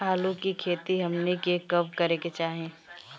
आलू की खेती हमनी के कब करें के चाही?